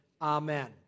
amen